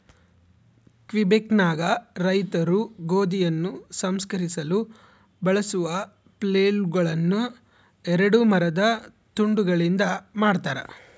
ಕ್ವಿಬೆಕ್ನಾಗ ರೈತರು ಗೋಧಿಯನ್ನು ಸಂಸ್ಕರಿಸಲು ಬಳಸುವ ಫ್ಲೇಲ್ಗಳುನ್ನ ಎರಡು ಮರದ ತುಂಡುಗಳಿಂದ ಮಾಡತಾರ